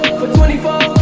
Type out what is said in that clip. for twenty four